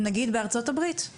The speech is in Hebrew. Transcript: נגיד בארצות הברית.